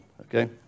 okay